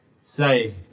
say